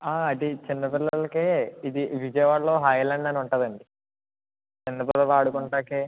అది చిన్న పిల్లలకి ఇది విజయవాడలో హాయ్లాండ్ అని ఉంటుందండి చిన్న పిల్లలు ఆడుకోవడానికి